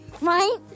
right